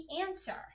answer